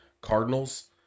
Cardinals